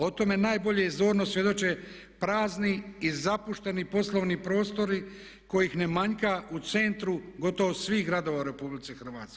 O tome najbolje i zorno svjedoče prazni i zapušteni poslovni prostori kojih ne manjka u centru gotovo svih gradova u RH.